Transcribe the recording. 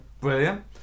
Brilliant